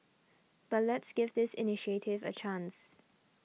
but let's give this initiative a chance